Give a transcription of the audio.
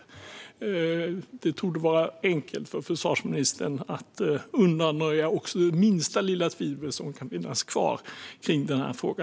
Det torde vara enkelt för försvarsministern att undanröja också det minsta lilla tvivel som kan finnas kvar kring denna fråga.